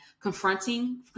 confronting